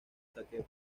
saqueo